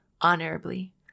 honorably